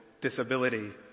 disability